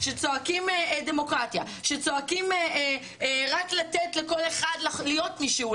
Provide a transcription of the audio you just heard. שצועקים דמוקרטיה שצועקים רק לתת לכל אחד להיות מי שהוא,